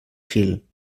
fil